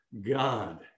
God